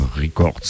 Records